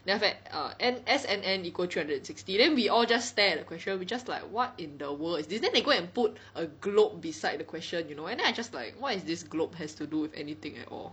then after that err S N N equal three hundred and sixty then we all just stare at the question we just like what in the world is this then they go and put a globe beside the question you know and then I just like what is this globe has to do with anything at all